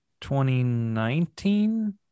2019